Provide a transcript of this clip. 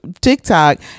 tiktok